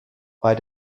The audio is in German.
bei